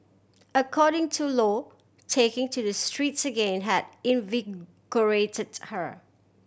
according to Lo taking to the streets again had invigorated her